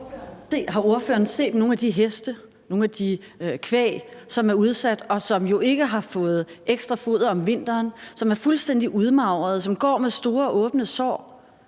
Har ordføreren set nogle af de heste og noget af det kvæg, som er udsat, og som jo ikke har fået ekstra foder om vinteren? De er fuldstændig udmagrede. De går med store, åbne sår.